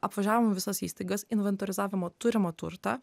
apvažiavom visas įstaigas inventorizavimo turimą turtą